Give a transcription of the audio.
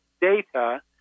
data